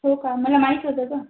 हो का मला माहीत होतं गं